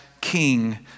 King